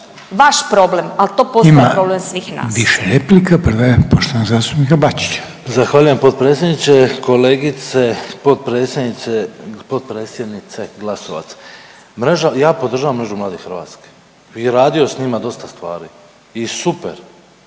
vaš problem, ali to postaje problem …